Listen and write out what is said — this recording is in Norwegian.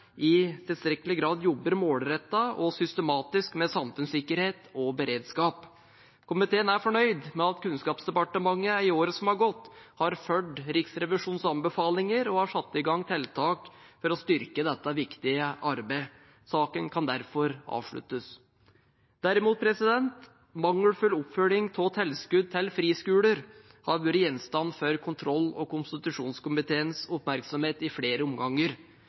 i tilstrekkelig grad jobber målrettet og systematisk med samfunnssikkerhet og beredskap. Komiteen er fornøyd med at Kunnskapsdepartementet i året som har gått, har fulgt Riksrevisjonens anbefalinger og har satt i gang tiltak for å styrke dette viktige arbeidet. Saken kan derfor avsluttes. Derimot: Mangelfull oppfølging av tilskudd til friskoler har vært gjenstand for kontroll- og konstitusjonskomiteens oppmerksomhet i flere omganger.